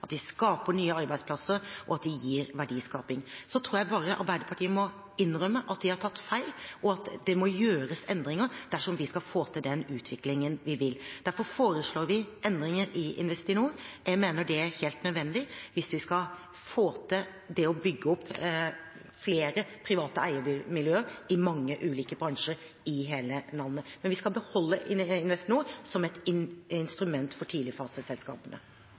at de skaper nye arbeidsplasser, og at de gir verdiskaping. Så tror jeg at Arbeiderpartiet bare må innrømme at de har tatt feil, og at det må gjøres endringer dersom vi skal få til den utviklingen vi vil. Derfor foreslår vi endringer i Investinor. Jeg mener det er helt nødvendig hvis vi skal få til det å bygge opp flere private eiermiljøer i mange ulike bransjer i hele landet, men vi skal beholde Investinor som et instrument for